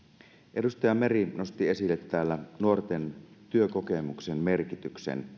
edustaja meri nosti esille täällä nuorten työkokemuksen merkityksen